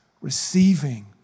receiving